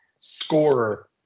scorer